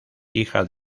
hija